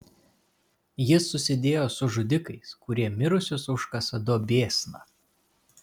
jis susidėjo su žudikais kurie mirusius užkasa duobėsna